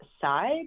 side